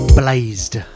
blazed